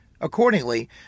Accordingly